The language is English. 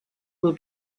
will